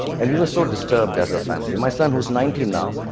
and we were so disturbed as a family. my son, who is nineteen now,